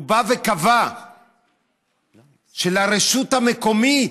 הוא בא וקבע שלרשות המקומית,